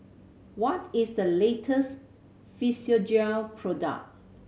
what is the latest Physiogel product